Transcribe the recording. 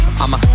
I'ma